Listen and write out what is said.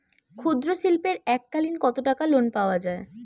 ক্ষুদ্রশিল্পের এককালিন কতটাকা লোন পাওয়া য়ায়?